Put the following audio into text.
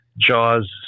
Jaws